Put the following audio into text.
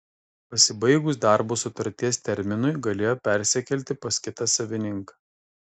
pasibaigus darbo sutarties terminui galėjo persikelti pas kitą savininką